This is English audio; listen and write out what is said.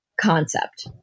concept